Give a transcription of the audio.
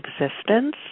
existence